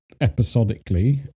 episodically